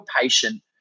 patient